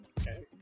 Okay